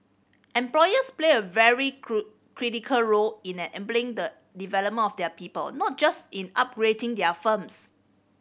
employers play a very critical role in enabling the development of their people not just in upgrading their firms